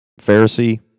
Pharisee